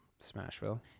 Smashville